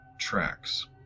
tracks